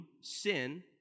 sin